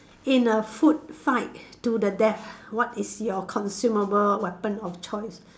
in a food fight to the death what is your consumable weapon of choice